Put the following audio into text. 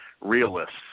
realists